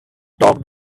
talked